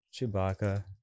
Chewbacca